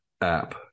app